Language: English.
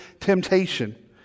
temptation